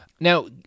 Now